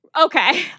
Okay